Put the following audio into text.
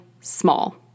small